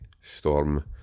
storm